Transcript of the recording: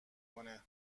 کنند